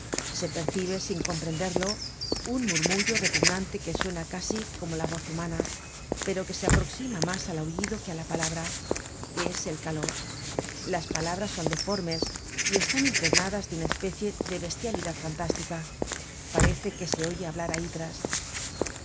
se percibe sin comprenderlo un murmullo repugnante que suena casi como la voz humana pero que se aproxima mas al ahullido que á la palabra es el caló las palabras son deformes y están impregnadas de una especie de bestialidad fantástica parece que se oye hablar á hidras